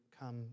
come